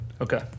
Okay